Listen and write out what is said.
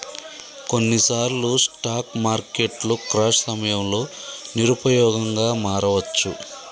కొన్నిసార్లు స్టాక్ మార్కెట్లు క్రాష్ సమయంలో నిరుపయోగంగా మారవచ్చు